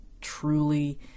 truly